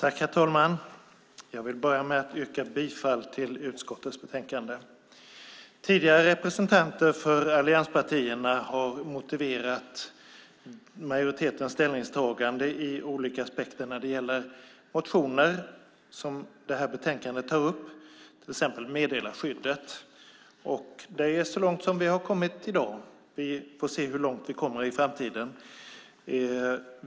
Herr talman! Jag börjar med att yrka bifall till förslaget i utskottets betänkande. Tidigare representanter för allianspartierna har motiverat majoritetens ställningstagande ur olika aspekter när det gäller motioner som betänkandet tar upp, exempelvis meddelarskyddet. Det är så långt vi har kommit i dag. Vi får se hur långt vi kommer i framtiden.